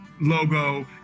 logo